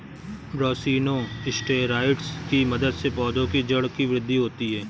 brassinosteroids की मदद से पौधों की जड़ की वृद्धि होती है